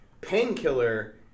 Painkiller